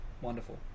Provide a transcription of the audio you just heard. wonderful